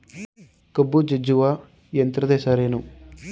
ಕಬ್ಬು ಜಜ್ಜುವ ಯಂತ್ರದ ಹೆಸರೇನು?